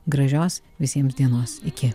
gražios visiems dienos iki